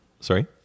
Sorry